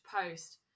post